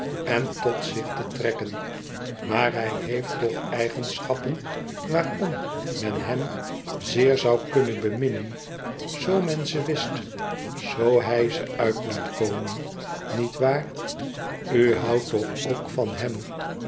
en tot zich te trekken maar hij heeft toch eigenschappen waarom men hem zeer zoû kunnen beminnen zoo men ze wist zoo hij ze uit liet komen niet waar u houdt toch ook van hem